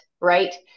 right